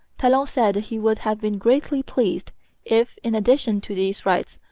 talon said he would have been greatly pleased if, in addition to these rights,